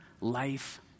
life